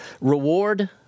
reward